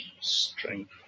strength